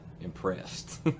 impressed